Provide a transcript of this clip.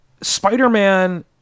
spider-man